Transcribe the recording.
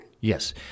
yes